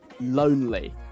Lonely